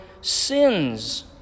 sins